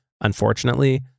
Unfortunately